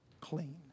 clean